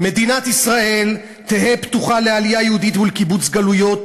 "מדינת ישראל תהא פתוחה לעלייה יהודית ולקיבוץ גלויות,